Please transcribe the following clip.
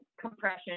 compression